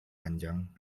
panjang